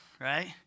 right